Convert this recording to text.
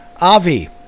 Avi